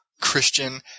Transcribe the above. Christian